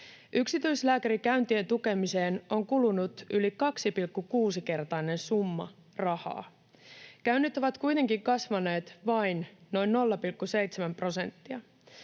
Yksityislääkärikäyntien tukemiseen on kulunut yli 2,6-kertainen summa rahaa. Käynnit ovat kuitenkin kasvaneet vain noin 0,7 prosenttia.